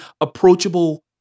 approachable